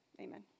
Amen